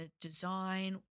design